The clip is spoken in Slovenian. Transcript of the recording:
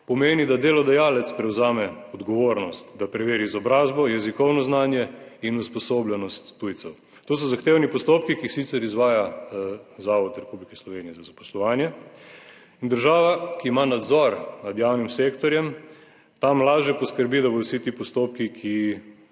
pomeni, da delodajalec prevzame odgovornost, da preveri izobrazbo, jezikovno znanje in usposobljenost tujcev. To so zahtevni postopki, ki jih sicer izvaja Zavod Republike Slovenije za zaposlovanje in država, ki ima nadzor nad javnim sektorjem, tam lažje poskrbi, da bodo vsi ti postopki, ki